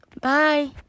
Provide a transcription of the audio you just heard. Bye